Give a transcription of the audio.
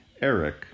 Eric